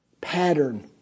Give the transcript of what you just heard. pattern